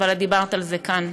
אבל את דיברת על זה כאן.